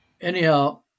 Anyhow